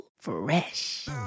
Fresh